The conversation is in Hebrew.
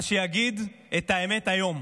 אז שיגיד את האמת היום: